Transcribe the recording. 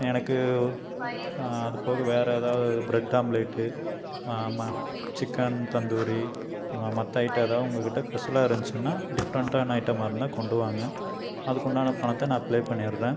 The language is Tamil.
எனக்கு அது போக வேறு எதாவது ப்ரெட் ஆம்லேட்டு ம ம சிக்கன் தந்தூரி ம ம மற்ற ஐட்டம் எதாவது உங்கள் கிட்டே ஸ்பெஷலாக இருந்துச்சுனால் டிஃப்ரெண்ட்டான ஐட்டமாக இருந்தால் கொண்டு வாங்க அதுக்குண்டான பணத்தை நான் ப்லே பண்ணிடுறேன்